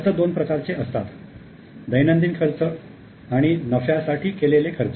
खर्च दोन प्रकारचे असतात दैनंदिन खर्च आणि नफ्यासाठी केलेले खर्च